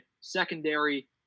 secondary